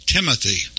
Timothy